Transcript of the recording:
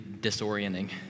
disorienting